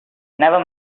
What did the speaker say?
never